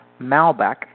Malbec